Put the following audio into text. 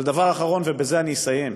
אבל דבר אחרון, ובזה אסיים.